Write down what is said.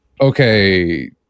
okay